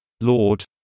Lord